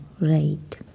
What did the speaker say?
Right